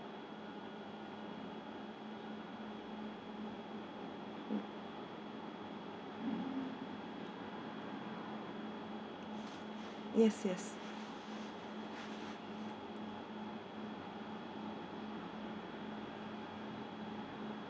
yes yes